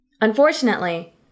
Unfortunately